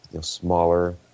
smaller